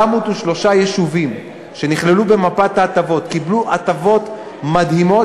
403 היישובים שנכללו במפת ההטבות קיבלו הטבות מדהימות,